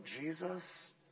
Jesus